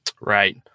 Right